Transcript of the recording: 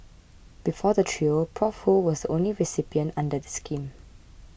before the trio Prof Ho was the only recipient under the scheme